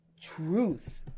truth